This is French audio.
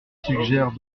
suggère